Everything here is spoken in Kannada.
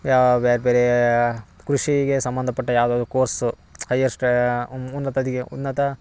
ಯಾ ಬ್ಯಾರೆ ಬೇರೆಯಾ ಕೃಷಿಗೆ ಸಂಬಂಧಪಟ್ಟ ಯಾವ್ದಾದರೂ ಕೋರ್ಸು ಹೈಯರ್ ಸ್ಟ ಉನ್ನತ ಉನ್ನತ